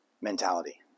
mentality